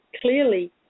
clearly